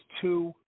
two